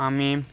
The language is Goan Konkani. आमी